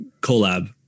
collab